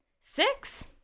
Six